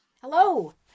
hello